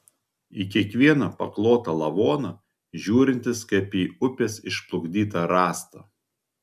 į kiekvieną paklotą lavoną žiūrintis kaip į upės išplukdytą rąstą